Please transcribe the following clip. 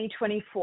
2024